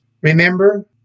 Remember